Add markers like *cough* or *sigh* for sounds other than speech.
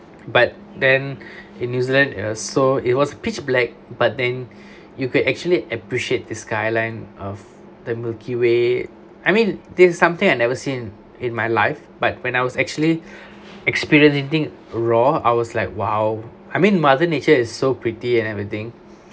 but then *breath* in new zealand it was so it was pitch black but then *breath* you could actually appreciate the skyline of the milky way I mean this is something I never seen in my life but when I was actually *breath* experience it in raw I was like !wow! I mean mother nature is so pretty and everything